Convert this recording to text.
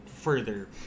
further